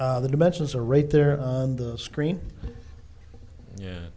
with the dimensions are right there on the screen yeah